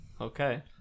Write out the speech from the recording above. Okay